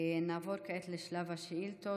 נעבור כעת לשלב השאילתות.